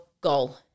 goal